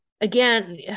Again